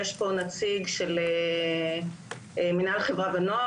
יש פה נציג של מנהל חברה ונוער,